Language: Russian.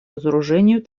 разоружению